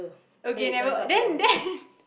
okay never then then